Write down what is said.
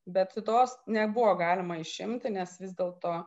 bet šitos nebuvo galima išimti nes vis dėl to